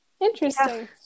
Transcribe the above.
Interesting